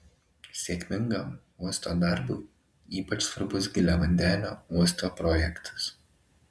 sėkmingam uosto darbui ypač svarbus giliavandenio uosto projektas